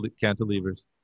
cantilevers